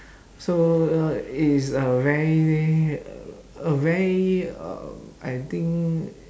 so uh it is a very a a very uh I think